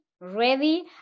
ready